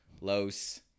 Los